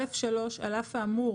(א3)על אף האמור